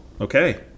Okay